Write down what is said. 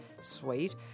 sweet